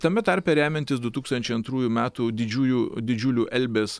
tame tarpe remiantis du tūkstančiai antrųjų metų didžiųjų didžiulių elbės